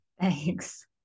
Thanks